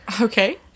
Okay